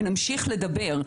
ונמשיך לדבר.